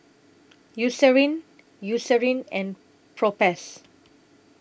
Eucerin Eucerin and Propass